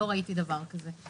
לא ראיתי דבר כזה.